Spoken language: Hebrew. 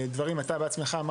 אתה בעצמך,